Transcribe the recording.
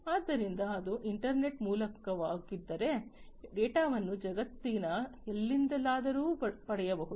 ಆದ್ದರಿಂದ ಅದು ಇಂಟರ್ನೆಟ್ ಮೂಲಕವಾಗಿದ್ದರೆ ಡೇಟಾವನ್ನು ಜಗತ್ತಿನ ಎಲ್ಲಿಂದಲಾದರೂ ಪಡೆಯಬಹುದು